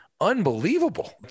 unbelievable